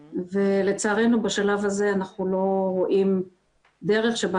ולצערנו בשלב הזה אנחנו לא רואים דרך שבה